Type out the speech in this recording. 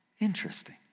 Interesting